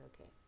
okay